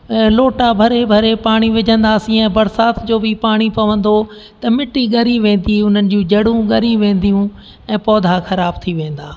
लोटा भरे भरे पाणी विझंदासीं ऐं बरसाति जो बि पाणी पवंदो त मिट्टी ॻरी वेंदी उन्हनि जूं जड़ूं ॻरी वेंदियूं ऐं पौधा ख़राबु थी वेंदा